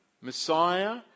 Messiah